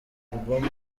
album